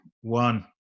one